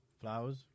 Flowers